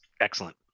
excellent